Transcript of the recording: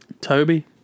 Toby